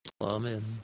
Amen